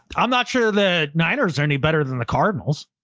i'm not sure the niners are any better than the cardinals.